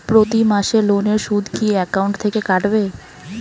প্রতি মাসে লোনের সুদ কি একাউন্ট থেকে কাটবে?